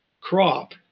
crop